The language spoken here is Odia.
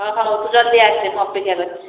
ହଁ ହଉ ତୁ ଜଲ୍ଦି ଆସେ ଅପେକ୍ଷା କରିଛି